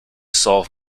solve